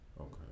Okay